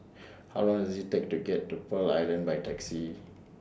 How Long Does IT Take to get to Pearl Island By Taxi